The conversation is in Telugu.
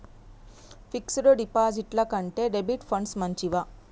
ఫిక్స్ డ్ డిపాజిట్ల కంటే డెబిట్ ఫండ్స్ మంచివా?